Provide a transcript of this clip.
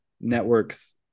networks